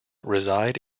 reside